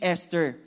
Esther